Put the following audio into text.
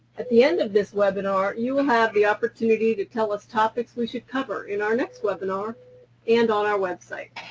at the end of this webinar you will have the opportunity to tell us topics we should cover in our next webinar and on our website.